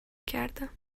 کردم